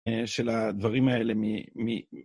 של הדברים האלה מ.. מ..